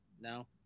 No